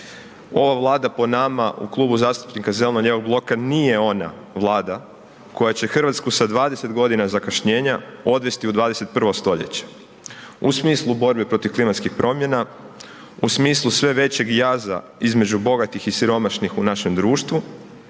Ova Vlada po nama u Klubu zastupnika Zeleno-lijevog bloka nije ona Vlada koja će Hrvatsku sa 20 godina zakašnjenja odvesti u 21. stoljeće u smislu borbe protiv klimatskih promjena, u smislu sve većeg jaza između bogatih i siromašnih u našem društvu,